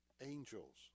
angels